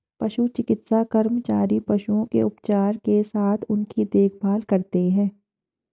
पशु चिकित्सा कर्मचारी पशुओं के उपचार के साथ उनकी देखभाल करते हैं